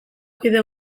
kide